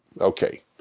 Okay